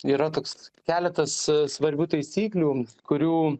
yra toks keletas svarbių taisyklių kurių